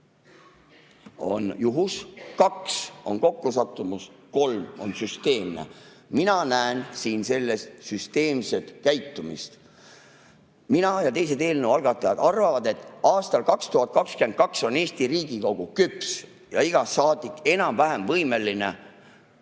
on juhus, kaks on kokkusattumus, kolm on süsteemne. Mina näen siin süsteemset käitumist. Mina arvan koos teiste eelnõu algatajatega, et aastal 2022 on Eesti Riigikogu küps ja iga saadik enam-vähem võimeline